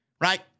right